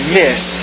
miss